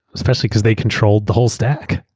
especially because they controlled the whole stack.